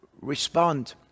respond